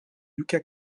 luca